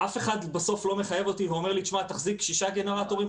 אף אחד בסוף לא מחייב אותי ואומר לי: תחזיק שישה גנרטורים,